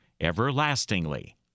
everlastingly